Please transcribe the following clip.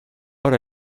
but